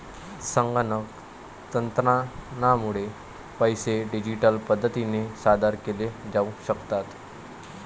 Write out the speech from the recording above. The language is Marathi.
संगणक तंत्रज्ञानामुळे पैसे डिजिटल पद्धतीने सादर केले जाऊ शकतात